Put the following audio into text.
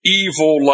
evil